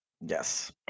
Yes